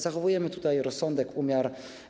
Zachowujemy więc tutaj rozsądek, umiar.